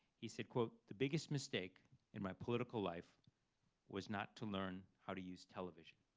he said, quote, the biggest mistake in my political life was not to learn how to use television.